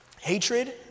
Hatred